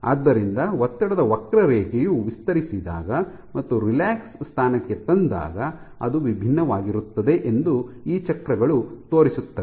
ಆದ್ದರಿಂದ ಒತ್ತಡದ ವಕ್ರರೇಖೆಯು ವಿಸ್ತರಿಸಿದಾಗ ಮತ್ತು ರಿಲ್ಯಾಕ್ಸ್ ಸ್ಥಾನಕ್ಕೆ ತಂದಾಗ ಅದು ವಿಭಿನ್ನವಾಗಿರುತ್ತದೆ ಎಂದು ಈ ಚಕ್ರಗಳು ತೋರಿಸುತ್ತವೆ